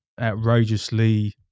outrageously